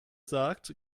sagt